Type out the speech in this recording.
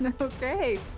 Okay